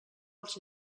als